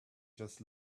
just